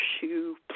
shoe